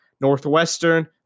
Northwestern